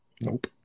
Nope